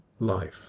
life